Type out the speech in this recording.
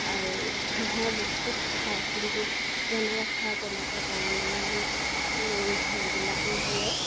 আৰু হাঁহে বহুত খায় কিন্তু যেনেকৈ খায় তেনেকৈ তাৰমানে সেইবিলাকো দিয়ে